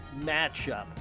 matchup